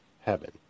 heaven